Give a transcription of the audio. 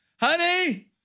honey